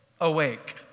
awake